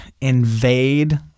invade